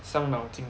伤脑筋